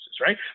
right